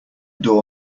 door